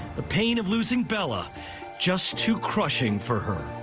the pain of losing bella just too crushing for her.